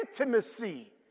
intimacy